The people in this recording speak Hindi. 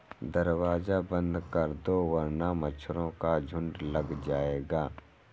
दरवाज़ा बंद कर दो वरना मच्छरों का झुंड लग जाएगा